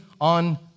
on